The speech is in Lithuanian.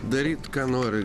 daryti ką nori